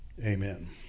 amen